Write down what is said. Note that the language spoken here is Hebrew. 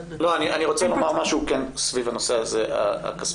סביב הנושא הכספי.